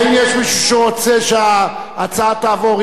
האם יש מישהו שרוצה שההצעה תעבור,